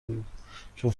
بود، چون